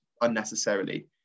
unnecessarily